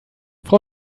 frau